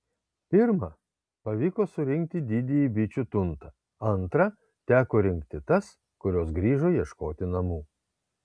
pirmą pavyko surinkti didįjį bičių tuntą antrą teko rinkti tas kurios grįžo ieškoti namų